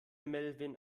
melvin